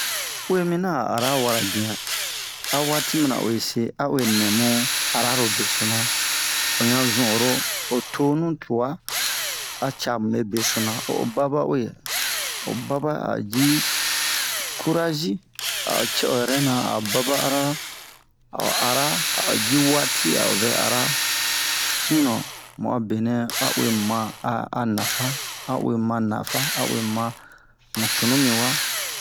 Uwe mina a ara wara biyan a waati mana uwe se a uwe nɛmu mu ararobe so na o ɲa zun oro o tonu tuwa a ca mube besona o baba uwe o baba a ji kurazi a'o cɛ o yɛrɛ na a'o baba arara a'o ara a'o ji waati a'o vɛ ara sinon mu a benɛ a uwe mu ma a nafa a uwe mu ma nafa a uwe mu cunu mi wa